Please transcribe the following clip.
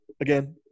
again